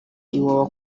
iwawa